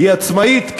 היא עצמאית?